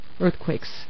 Earthquakes